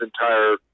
entire